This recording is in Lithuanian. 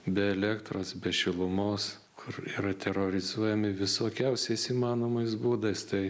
be elektros be šilumos kur yra terorizuojami visokiausiais įmanomais būdais tai